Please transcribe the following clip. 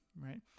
right